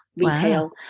retail